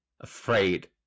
afraid